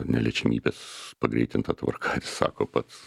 neliečiamybės pagreitinta tvarka ir sako pats